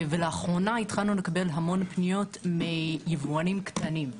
לאחרונה התחלנו לקבל המון פניות מיבואנים קטנים.